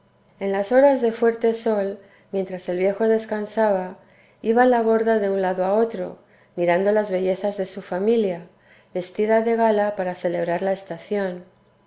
en las horas de fuerte sol mientras el viejo descansaba iba la borda de un lado a otro mirando las bellezas de su familia vestida de gala para celebrar la estación